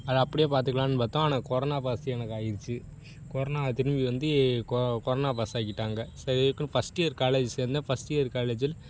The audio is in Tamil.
அதை அப்படியே பார்த்துக்கலானு பார்த்தோம் ஆனால் கொரனா பாஸு எனக்காகிருச்சு கொரனா திரும்பி வந்து கொ கொரனா பாஸாக்கிவிட்டாங்க சரி இதுக்குன்னு ஃபஸ்ட் இயர் காலேஜ் சேர்ந்தேன் ஃபஸ்ட் இயர் காலேஜில்